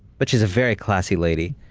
but she's a very classy lady,